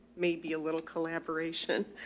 maybe a little collaboration.